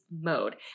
mode